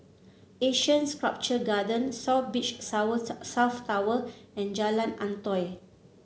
Asean Sculpture Garden South Beach Tower South Tower and Jalan Antoi